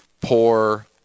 poor